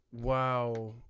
wow